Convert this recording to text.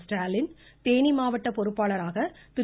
ஸ்டாலின் தேனி மாவட்டம் பொறுப்பாளராக திரு